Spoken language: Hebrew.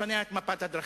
לפניה, את מפת הדרכים.